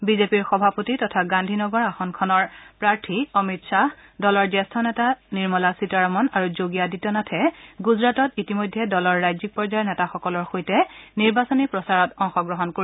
বিজেপিৰ সভাপতি তথা গান্ধীনগৰ আসন খনৰ প্ৰাৰ্থী অমিত শ্বাহ দলৰ জ্যেষ্ঠ নেতা নিৰ্মলা সীতাৰমণ আৰু যোগী আদিত্যনাথে গুজৰাটত ইতিমধ্যে দলৰ ৰাজ্যিক পৰ্যায়ৰ নেতাসকলৰ সৈতে নিৰ্বাচনী প্ৰচাৰত অংশগ্ৰহণ কৰে